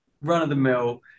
run-of-the-mill